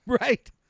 Right